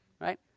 right